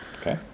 Okay